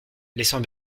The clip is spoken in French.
laissant